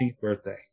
birthday